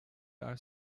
als